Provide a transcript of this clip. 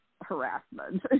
harassment